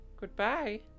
Goodbye